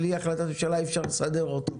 בלי החלטת ממשלה אי אפשר לסדר אותו,